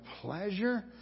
pleasure